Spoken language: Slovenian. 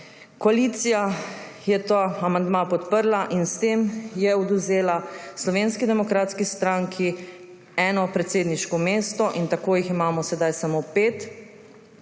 Koalicija je ta amandma podprla in s tem je odvzela Slovenski demokratski stranki eno predsedniško mesto, tako jih imamo sedaj samo pet.